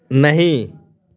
नहीं